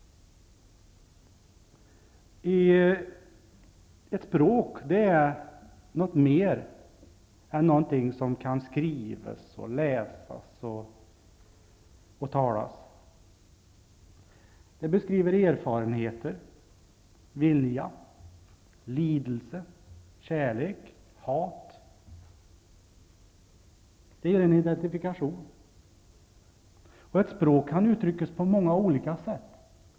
Språk är mer än någonting som kan skrivas, läsas och talas. Det beskriver erfarenheter, vilja, lidelse, kärlek, hat. Det ger en identifikation. Ett språk kan uttryckas på många olika sätt.